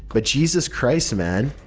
but jesus christ man.